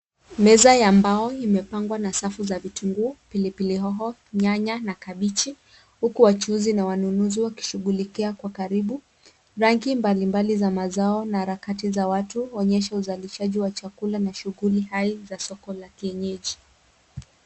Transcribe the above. Meza ya mbao imepangwa na safu za vitunguu, pilipili hoho, nyanya, na kabichi, huku wachuuzi na wanunuzi wakishughulikia kwa karibu. Rangi mbali mbali za mazao na harakati za watu, huonyesha uzalishaji wa chakula na shughuli hai za soko la kienyeji.